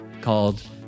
called